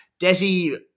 Desi